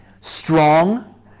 strong